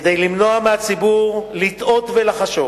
כדי למנוע מהציבור לטעות ולחשוב